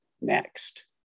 next